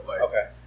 Okay